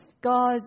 God